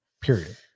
Period